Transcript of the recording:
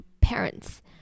parents